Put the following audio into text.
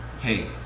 hey